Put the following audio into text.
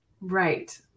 Right